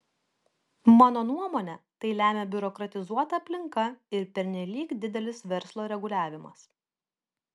mano nuomone tai lemia biurokratizuota aplinka ir pernelyg didelis verslo reguliavimas